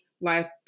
Life